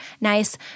nice